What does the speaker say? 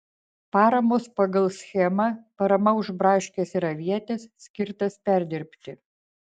paramos pagal schemą parama už braškes ir avietes skirtas perdirbti